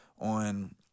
on